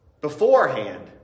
beforehand